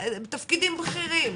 תפקידים בכירים,